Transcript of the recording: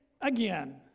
again